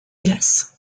glace